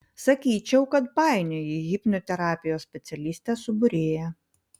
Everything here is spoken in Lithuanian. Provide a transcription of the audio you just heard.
sakyčiau kad painioji hipnoterapijos specialistę su būrėja